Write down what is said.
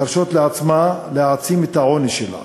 להרשות לעצמה להעצים את העוני שלה